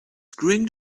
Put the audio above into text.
screwing